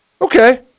okay